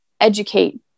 educate